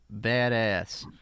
badass